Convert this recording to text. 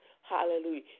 Hallelujah